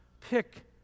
pick